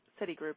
Citigroup